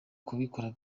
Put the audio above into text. kubikora